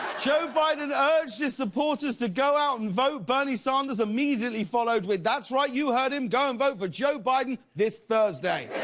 joe biden urged his supporters to go out and vote. bernie sanders immediately followed with, that's right you heard him. go and vote for joe biden this thursday.